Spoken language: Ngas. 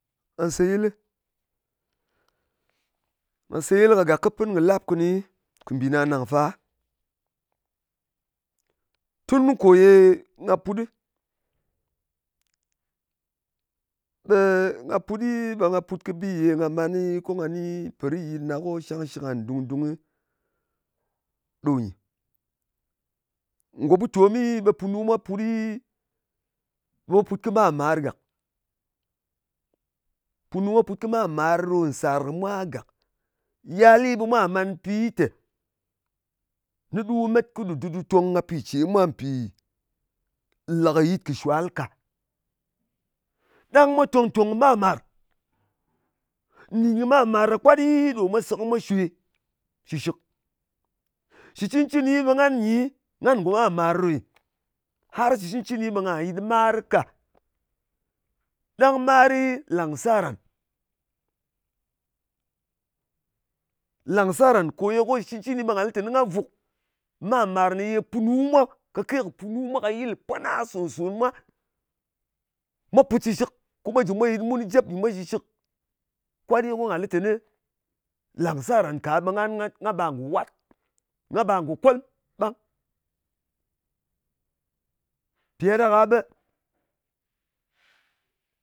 Nga seyɨlɨ. Nga seyɨl kagàk kɨ pɨn kɨ̀ lap kɨni, kɨ̀ mbì nāng nàng fa. Tun ko ye nga put ɗɨ, ɓe nga put ɗɨ, ɓe nga pùt kɨ bi ye nga mani, ko pò rit nyit na, ko kɨ shang shɨk ngan dung dung ɗo nyɨ. Ngò butomi, ɓe punu mwa putɗɨ, ɓe mwa pūt kɨ mar màr gàk. Punu mwa put kɨ mar-màr ɗo nsàr kɨ mwa gàk. Yali ɓe mwa màn pi tè nɨ ɗu met ko ɗu dɨm ɗu tong ka pi ce mwa, mpì lɨ kɨ yit kɨ shwal ka. Ɗang mwa tong tong kɨ mar màr. Nɗin kɨ mar-mar ɗa kwatɗɨ ɗo mwa sè, ko mwa shwè shɨshɨk. Shɨ cɨncɨni, ɓe nga nyi, ngan ngò mar màr ɗo nyɨ. Har shɨ cɨncɨni, ɓe ngà yɨt mar ka. Ɗang mari, làngsar ran. Làngsar ràn kò ye ko shɨ cɨn cini ɓe ngà lɨ tè nga vuk mar màr ne ye punu mwa, kake kɨ punu mwa ka yɨl pwana sòn son mwa. Mwa put shɨshɨk, ko mwa jɨ mwa yɨt mun jep nyɨ mwa shɨshɨk. Kwatɗɨ ko nga lɨ teni làngsar ran ka, ɓe nga bar ngò wat. Nga bar ngò kolm ɓang. Mpì ɗa ɗak-a ɓe